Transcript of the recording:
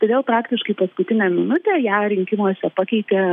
todėl praktiškai paskutinę minutę ją rinkimuose pakeitė